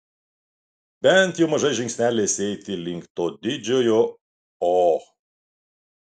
bent jau mažais žingsneliais eiti link to didžiojo o